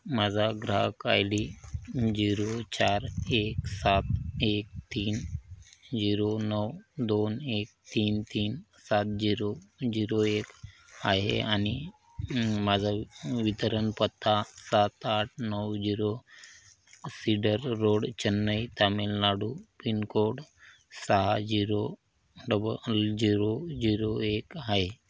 माझा ग्राहक I D zero चार एक सात एक तीन जिरो नऊ दोन एक तीन तीन सात जिरो जिरो एक आहे आणि माझा वितरण पत्ता सात आठ नऊ zero cedar road Chennai Tamil Nadu pin code सहा झिरो डबल झिरो झिरो एक आहे